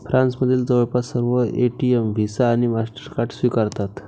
फ्रान्समधील जवळपास सर्व एटीएम व्हिसा आणि मास्टरकार्ड स्वीकारतात